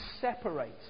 separate